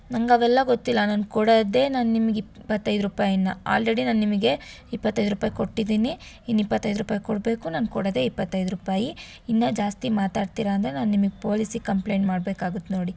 ನಂಗೆ ಅವೆಲ್ಲ ಗೊತ್ತಿಲ್ಲ ನಾನು ಕೊಡೋದೆ ನಾನು ನಿಮಗ್ ಇಪ್ಪತ್ತೈದು ರೂಪಾಯಿನ ಆಲ್ರೆಡಿ ನಾನು ನಿಮಗೆ ಇಪ್ಪತ್ತೈದು ರೂಪಾಯಿ ಕೊಟ್ಟಿದ್ದೀನಿ ಇನ್ನು ಇಪ್ಪತ್ತೈದು ರೂಪಾಯಿ ಕೊಡಬೇಕು ನಾನು ಕೊಡೋದೆ ಇಪ್ಪತ್ತೈದು ರೂಪಾಯಿ ಇನ್ನು ಜಾಸ್ತಿ ಮಾತಾಡ್ತೀರಾ ಅಂದರೆ ನಾನು ನಿಮಗ್ ಪೊಲೀಸಿಗೆ ಕಂಪ್ಲೇಂಟ್ ಮಾಡ್ಬೇಕಾಗತ್ತೆ ನೋಡಿ